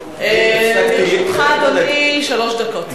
לך, אדוני, שלוש דקות.